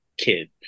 kid